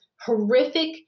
horrific